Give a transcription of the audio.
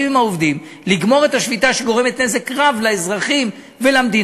עם העובדים כדי לגמור את השביתה שגורמת נזק רב לאזרחים ולמדינה?